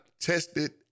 tested